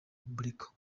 repubulika